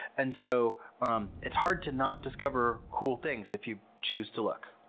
and so um it's hard to not discover cool things if you choose to look.